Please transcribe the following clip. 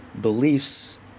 beliefs